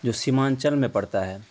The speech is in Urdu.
جو سمانچل میں پڑتا ہے